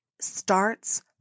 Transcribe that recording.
starts